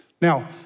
Now